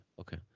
okay